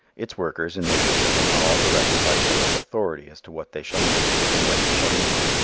its workers in their use of them are all directed by public authority as to what they shall make and when they shall make it,